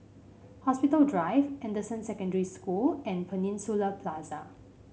Hospital Drive Anderson Secondary School and Peninsula Plaza